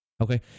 Okay